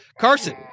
Carson